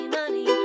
money